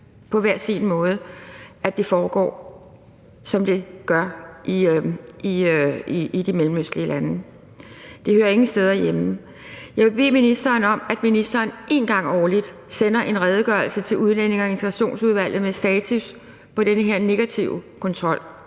på hver sin måde, foregår, som det gør i de mellemøstlige lande. Det hører ingen steder hjemme. Jeg vil bede ministeren om en gang årligt at sende en redegørelse til Udlændinge- og Integrationsudvalget med en status på den her negative kontrol